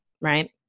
right